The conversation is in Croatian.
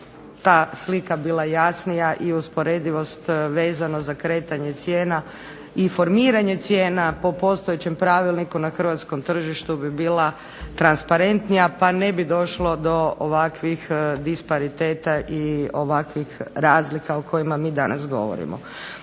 ta slika bila jasnija i usporedivost vezano za kretanje cijena i formiranje cijena po postojećem pravilniku na Hrvatskom tržištu bi bila transparentnija pa ne bi došlo do ovakvih dispariteta i razlika o kojima mi danas govorimo.